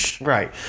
right